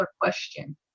question